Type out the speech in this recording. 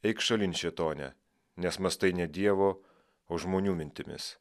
eik šalin šėtone nes mąstai ne dievo o žmonių mintimis